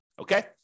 okay